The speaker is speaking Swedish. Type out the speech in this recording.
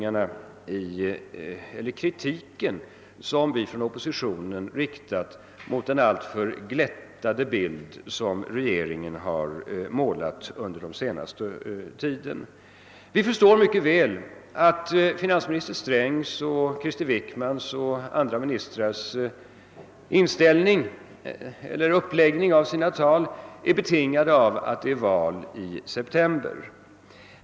Jag kanske skall stanna ett ögonblick vid den kritik, som oppositionen riktat mot den allt för glättade bild, som regeringen givit av situationen under den senaste tiden. Vi förstår mycket vä! att finansminister Strängs, industriminister Wickmans och andra ministrars uppläggning av sina tal är betingad av att det är val i september.